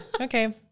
Okay